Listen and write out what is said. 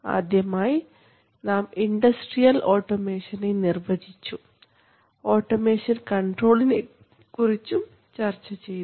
ആദ്യമായ് നാം ഇൻഡസ്ട്രിയൽ ഓട്ടോമേഷനെ നിർവചിച്ചു ഓട്ടോമേഷൻ കണ്ട്രോൾനെകുറിച്ചും ചർച്ച ചെയ്തു